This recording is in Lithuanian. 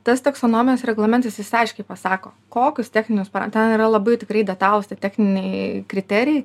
tas taksonomijos reglamentais jis aiškiai pasako kokius techninius para ten yra labai tikrai detalūs techniniai kriterijai